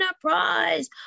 prize